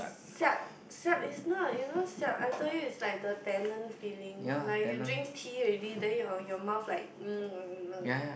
siap siap is not you know siap I told you is like the tannin feeling like you drink tea already then your your mouth like